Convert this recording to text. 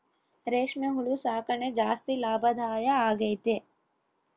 ರೇಷ್ಮೆ ಹುಳು ಸಾಕಣೆ ಜಾಸ್ತಿ ಲಾಭದಾಯ ಆಗೈತೆ